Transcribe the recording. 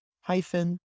hyphen